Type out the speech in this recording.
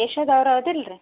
ಯಶೋಧ ಅವ್ರು ಹೌದಿಲ್ಲ ರೀ